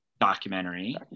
documentary